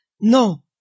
no